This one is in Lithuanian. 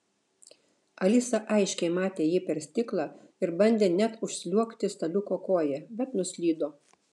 alisa aiškiai matė jį per stiklą ir bandė net užsliuogti staliuko koja bet nuslydo